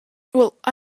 well—i